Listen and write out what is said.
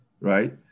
right